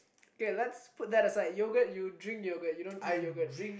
okay let's put that aside yogurt you drink yogurt you don't eat yogurt